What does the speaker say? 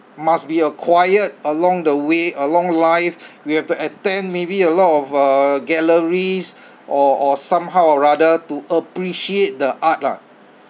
must be acquired along the way along life we have to attend maybe a lot of uh galleries or or somehow or rather to appreciate the art lah